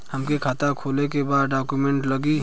हमके खाता खोले के बा का डॉक्यूमेंट लगी?